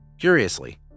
Curiously